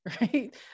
Right